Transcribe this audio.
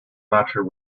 matter